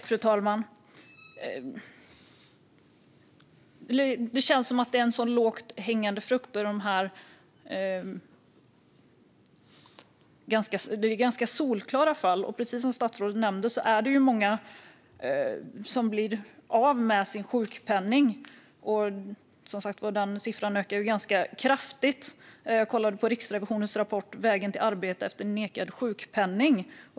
Fru talman! Det känns som att det är ganska lågt hängande frukter, för det är ganska solklara fall. Precis som statsrådet nämnde är det många som blir av med sin sjukpenning, och siffran ökar ganska kraftigt. Jag kollade på Riksrevisionens rapport Vägen till arbete efter nekad sjukpenning .